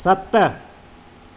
सत